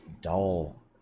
dull